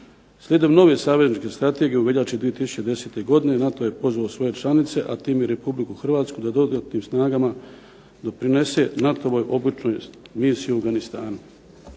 Slijedom nove savezničke strategije u veljači 2010. godine NATO je pozvao svoje članice, a time i RH da dodatnim snagama doprinese NATO-voj obučnoj misiji u Afganistanu.